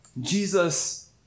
Jesus